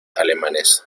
alemanes